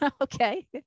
okay